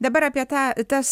dabar apie tą tas